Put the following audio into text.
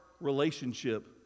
relationship